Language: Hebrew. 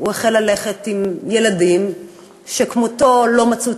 הוא החל ללכת עם ילדים שכמותו לא מצאו את